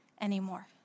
anymore